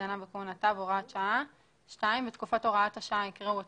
וסגניו וכהונתם) הוראת שעה 2. בתקופת הוראת השעה יקראו את